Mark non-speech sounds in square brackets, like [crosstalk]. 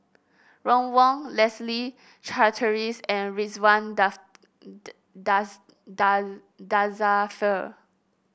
Ron Wong Leslie Charteris and Ridzwan [unintelligible] Dzafir